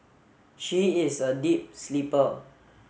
she is a deep sleeper